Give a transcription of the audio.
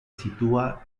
situaba